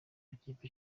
amakipe